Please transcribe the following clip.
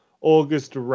August